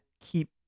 keep